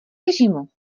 režimu